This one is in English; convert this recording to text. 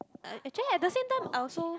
uh actually at the same time I also